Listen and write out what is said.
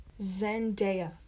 Zendaya